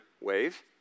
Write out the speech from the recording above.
wave